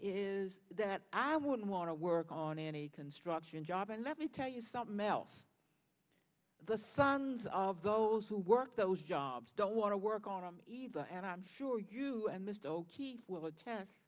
is that i wouldn't want to work on any construction job and let me tell you something else the sons of those who work those jobs don't want to work on them either and i'm sure you and mr o'keefe will att